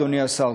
אדוני השר,